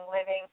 Living